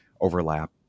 overlap